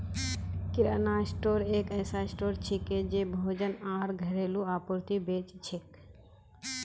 किराना store एक ऐसा store छिके जे भोजन आर घरेलू आपूर्ति बेच छेक